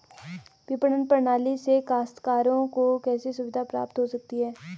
विपणन प्रणाली से काश्तकारों को कैसे सुविधा प्राप्त हो सकती है?